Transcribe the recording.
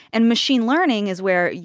and machine learning is where,